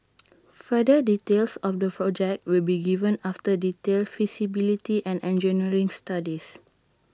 further details of the projects will be given after detailed feasibility and engineering studies